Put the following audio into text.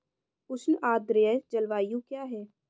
उष्ण आर्द्र जलवायु क्या है?